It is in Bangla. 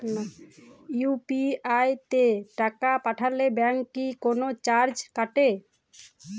ইউ.পি.আই তে টাকা পাঠালে ব্যাংক কি কোনো চার্জ কাটে?